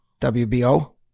WBO